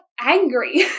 angry